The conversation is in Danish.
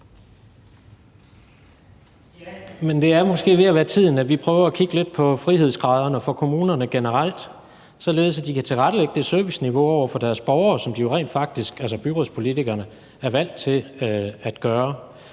det er måske ved være tid til, at vi prøver at kigge lidt på frihedsgraderne for kommunerne generelt, således at de kan tilrettelægge det serviceniveau over for deres borgere, som de, altså byrådspolitikerne, rent faktisk er vant til at gøre.